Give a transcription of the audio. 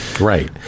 Right